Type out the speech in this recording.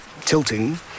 tilting